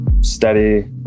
steady